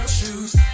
shoes